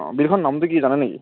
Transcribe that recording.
অঁ বিলখনৰ নামটো কি জানে নেকি